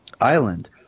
island